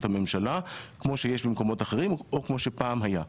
הממשלה כמו שיש במקומות אחרים או כמו שפעם היה.